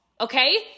okay